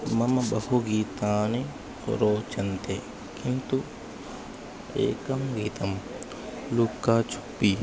मम बहु गीतानि रोचन्ते किन्तु एकं गीतं लुक्काछुप्पी